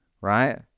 Right